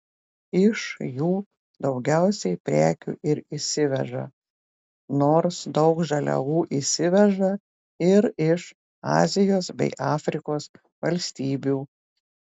iš jų daugiausiai prekių ir įsiveža nors daug žaliavų įsiveža ir iš azijos bei afrikos valstybių